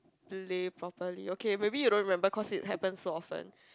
play properly okay maybe you don't remember cause it happen so often